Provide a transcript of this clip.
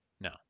No